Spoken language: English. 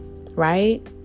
right